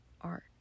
art